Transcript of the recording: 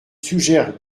suggère